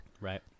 right